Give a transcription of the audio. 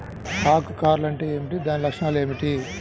ఆకు కర్ల్ అంటే ఏమిటి? దాని లక్షణాలు ఏమిటి?